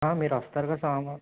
మీరు వస్తారు కదా సోమవారం